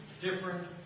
different